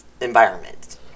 environment